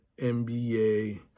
NBA